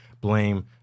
blame